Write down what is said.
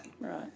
Right